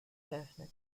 geöffnet